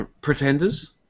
Pretenders